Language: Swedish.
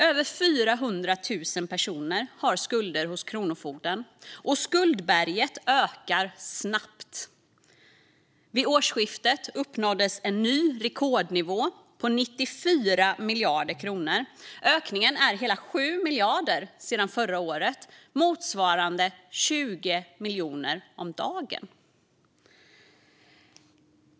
Över 400 000 personer har skulder hos kronofogden, och skuldberget växer snabbt. Vid årsskiftet uppnåddes en ny rekordnivå på 94 miljarder kronor. Ökningen är hela 7 miljarder sedan förra året - motsvarande 20 miljoner om dagen.